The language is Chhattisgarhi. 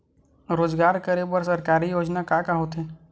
रोजगार करे बर सरकारी योजना का का होथे?